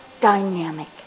dynamic